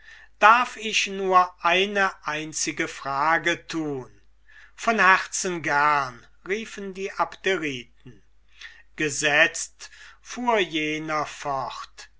darf ich nur eine einzige frage tun von herzen gern riefen die abderiten gesetzt fuhr jener fort